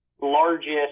largest